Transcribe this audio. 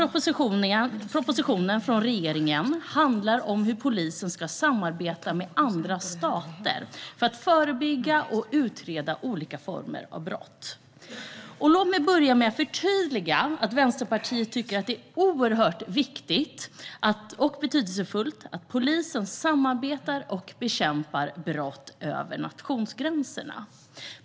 Regeringens proposition handlar om hur polisen ska samarbeta med andra stater för att förebygga och utreda olika former av brott. Låt mig börja med att förtydliga att Vänsterpartiet tycker att det är oerhört viktigt och betydelsefullt att polisen samarbetar och bekämpar brott över nationsgränserna.